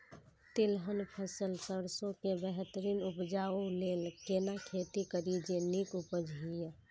तिलहन फसल सरसों के बेहतरीन उपजाऊ लेल केना खेती करी जे नीक उपज हिय?